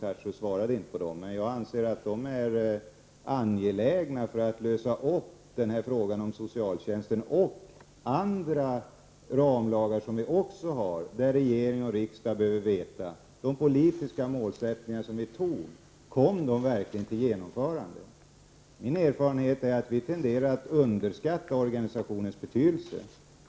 Daniel Tarschys kommenterade dem inte, men jag anser att dessa frågor är angelägna för att lösa problemen med socialtjänstlagen och andra ramlagar. Riksdagen och regeringen behöver veta om de politiska mål som man beslutat om verkligen uppfyllts. Min erfarenhet är att organisationens betydelse tenderar att underskattas.